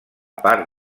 part